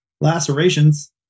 lacerations